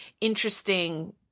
interesting